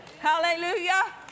Hallelujah